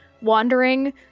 wandering